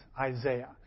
Isaiah